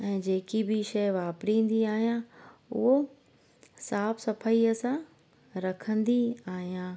ऐं जेकी बि शइ वापरींदी आहियां उहो साफ़ु सफ़ाईअ सां रखंदी आहियां